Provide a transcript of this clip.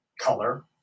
color